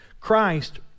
Christ